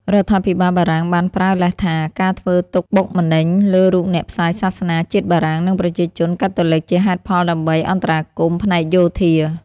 រដ្ឋាភិបាលបារាំងបានប្រើលេសថា ការធ្វើទុក្ខបុកម្នេញលើរូបអ្នកផ្សាយសាសនាជាតិបារាំង និងប្រជាជនកាតូលិកជាហេតុផលដើម្បីអន្តរាគមន៍ផ្នែកយោធា។